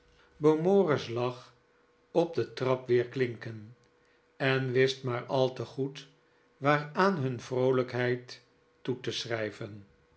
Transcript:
beaumoris lach op de trap weerklinken en wist maar al te goed waaraan hun vroolijkheid toe te schrijven